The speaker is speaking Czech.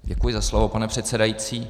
Děkuji za slovo, pane předsedající.